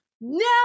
No